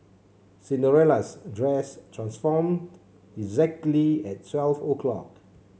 Cinderella's dress transformed exactly at twelve o'clock